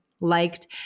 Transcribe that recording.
liked